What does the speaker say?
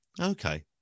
Okay